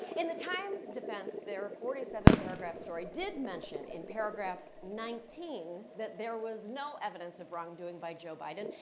in the times' defense, their forty seven paragraph story did mention in paragraph nineteen that there was no evidence of wrongdoing by joe biden,